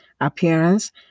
appearance